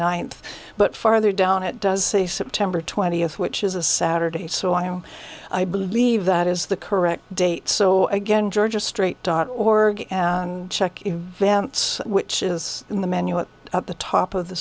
ninth but farther down it does say september twentieth which is a saturday so i oh i believe that is the correct date so again georgia street dot org check events which is in the menu at the top of the